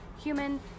human